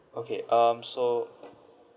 okay um so